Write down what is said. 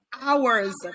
hours